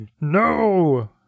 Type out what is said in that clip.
No